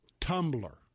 Tumblr